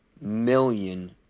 million